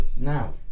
Now